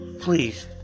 Please